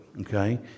okay